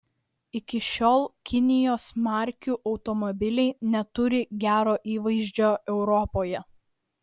iki šiol kinijos markių automobiliai neturi gero įvaizdžio europoje